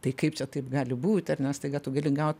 tai kaip čia taip gali būt ar ne staiga tu gali gaut